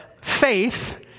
faith—